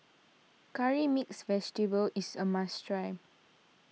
Curry Mixed Vegetable is a must try